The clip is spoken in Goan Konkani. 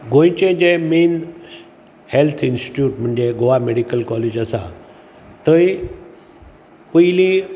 गोंयचे जे मेन हेल्थ इन्स्टिट्यूट म्हणजे गोवा मेडिकल कॉलेज आसा थंय पयलीं